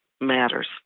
matters